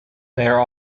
there